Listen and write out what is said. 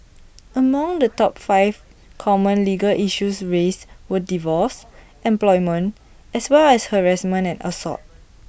among the top five common legal issues raised were divorce employment as well as harassment and assault